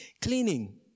Cleaning